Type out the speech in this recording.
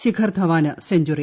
ശിഖർ ധവാന് സെഞ്ച്വറി